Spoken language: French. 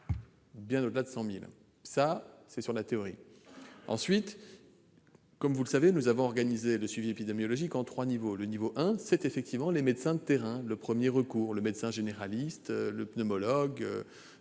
bien au-delà de 100 000. Cela, c'est la théorie. Plus précisément, comme vous le savez, nous avons organisé le suivi épidémiologique en trois niveaux. Le premier niveau est assuré par les médecins de terrain, de premier recours : le médecin généraliste, le pneumologue,